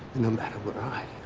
no matter where i